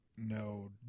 no